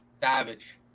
Savage